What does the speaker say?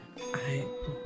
I-